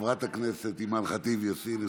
חברת הכנסת אימאן ח'טיב יאסין.